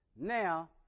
Now